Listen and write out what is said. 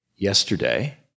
Yesterday